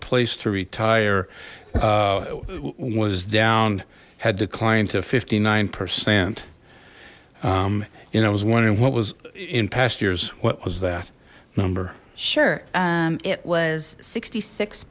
place to retire was down had declined to fifty nine percent you know it was wondering what was in past years what was that number sure it was sixty six